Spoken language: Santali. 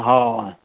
ᱦᱳᱭ